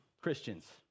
christians